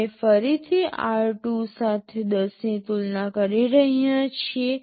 અમે ફરીથી r2 સાથે ૧૦ ની તુલના કરી રહ્યા છીએ